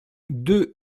deux